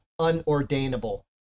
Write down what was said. unordainable